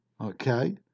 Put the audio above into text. Okay